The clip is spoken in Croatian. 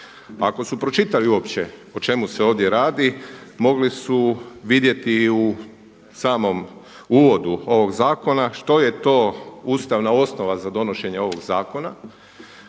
Ako su pročitali uopće o čemu se ovdje radi, mogli su vidjeti i u samom uvodu ovog zakona što je to ustavna osnova za donošenje ovog zakona,